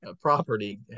property